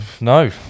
no